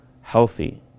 healthy